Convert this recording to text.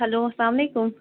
hello اسلامُ علیکم